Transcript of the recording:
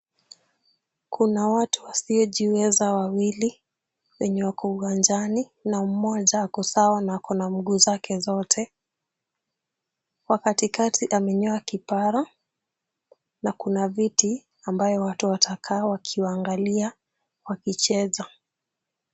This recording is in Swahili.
Kuna watu wasiojiweza wawili wenye wako uwanjani na mmoja ako sawa na ako na mguu zake zote. Wa katikati amenyoa kipara na kuna viti ambayo watu watakaa wakiwaangalia wakicheza.